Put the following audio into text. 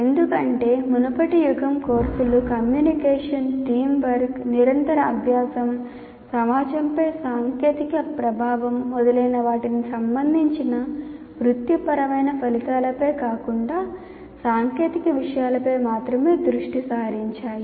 ఎందుకంటే మునుపటి యుగం కోర్సులు కమ్యూనికేషన్ టీమ్ వర్క్ నిరంతర అభ్యాసం సమాజంపై సాంకేతిక ప్రభావం మొదలైన వాటికి సంబంధించిన వృత్తిపరమైన ఫలితాలపై కాకుండా సాంకేతిక విషయాలపై మాత్రమే దృష్టి సారించాయి